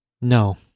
No